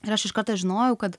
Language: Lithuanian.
ir aš iškarto žinojau kad